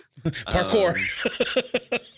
parkour